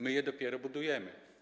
My je dopiero budujemy.